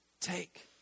Take